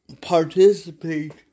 participate